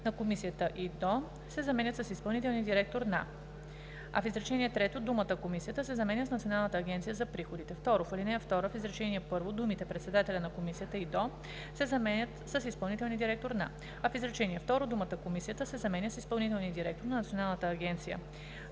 на Комисията и до“ се заменят с „изпълнителния директор на“, а в изречение трето думата „Комисията“ се заменя с „Националната агенция за приходите“. 2. В ал. 2 в изречение първо думите „председателя на Комисията и до“ се заменят с „изпълнителния директор на“, а в изречение второ думата „Комисията“ се заменя с „изпълнителния директор на Националната агенция